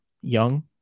young